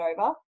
over